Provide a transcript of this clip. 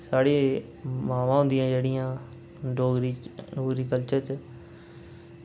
साढ़े मावां होंदियां जेह्ड़ियां डोगरी च डोगरी कल्चर च